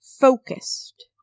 focused